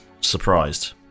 surprised